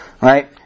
Right